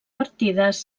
partides